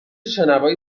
شنوایی